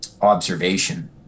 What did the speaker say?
observation